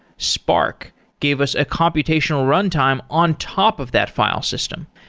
spark gave us a computational run time on top of that file system,